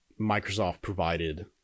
Microsoft-provided